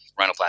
rhinoplasty